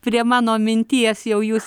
prie mano minties jau jūs